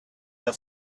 had